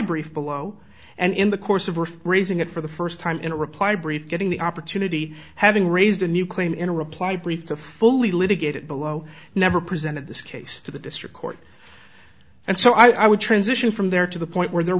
brief below and in the course of raising it for the first time in a reply brief getting the opportunity having raised a new claim in a reply brief to fully litigated below never presented this case to the district court and so i would transition from there to the point where there